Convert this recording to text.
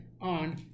on